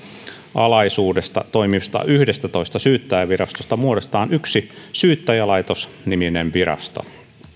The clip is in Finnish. alaisuudessa toimivista yhdestätoista syyttäjävirastosta muodostetaan yksi syyttäjälaitos niminen virasto